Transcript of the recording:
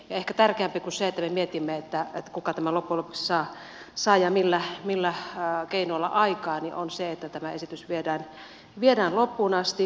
ehkä tärkeämpi kuin se että me mietimme kuka tämän loppujen lopuksi saa ja millä keinoilla aikaan on se että tämä esitys viedään loppuun asti